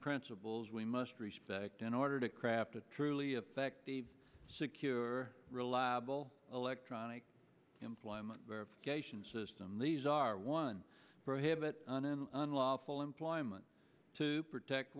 principles we must respect in order to craft a truly effective secure reliable electronic employment verification system these are one prohibit unlawful employment to protect